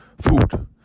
food